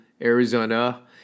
Arizona